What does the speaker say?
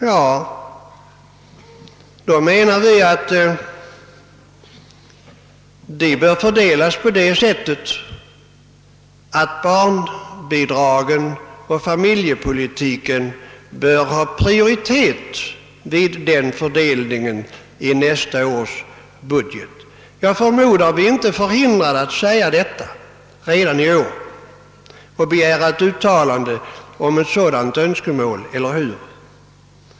Ja, vi menar att barnbidragen och familjepolitiken bör ha prioritet vid fördelningen i nästa års budget, och jag förmodar att vi inte är förhindrade att redan i år säga detta och begära att riksdagen skall uttala ett sådan önskemål, eller hur?